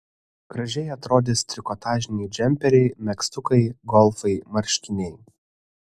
gražiai atrodys trikotažiniai džemperiai megztukai golfai marškiniai